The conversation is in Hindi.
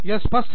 यह स्पष्ट है